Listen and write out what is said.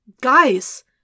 Guys